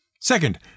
Second